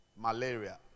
Malaria